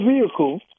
vehicle